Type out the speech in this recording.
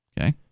Okay